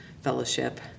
fellowship